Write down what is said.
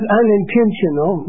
unintentional